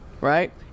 right